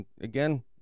Again